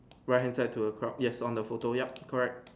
right hand side to the crowd yes on the photo yup correct